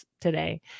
today